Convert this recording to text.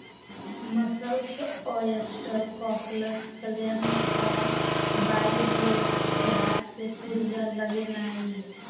mussels, oyster, cockles, clams आ bivalves कें हाथ से कूरिया लगेनाइ